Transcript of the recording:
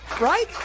Right